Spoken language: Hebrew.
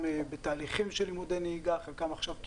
כשראינו את הסרט והבנו שהתלמידה לא עשתה טעות,